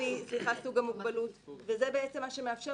לפי סוג המוגבלות וזה בעצם מה שמאפשר